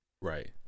Right